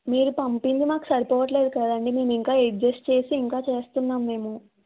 మీరు పంపింది మాకు సరిపోవటం లేదు కదండి మేము ఇంకా అడ్జస్ట్ చేసి ఇంకా చేస్తున్నాం మేము